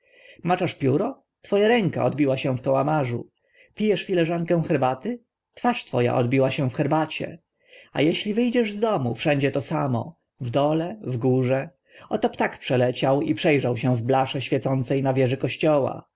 szar maczasz pióro two a ręka odbiła się w kałamarzu pijesz filiżankę herbaty twarz two a odbiła się w herbacie a eśli wy dziesz z domu wszędzie to samo w dole w górze oto ptak przeleciał i prze rzał się w blasze świecące na wieży kościoła